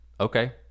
okay